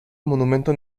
monumento